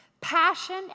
passion